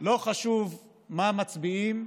לא חשוב מה מצביעים,